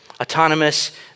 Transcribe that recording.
autonomous